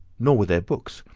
nor were there books,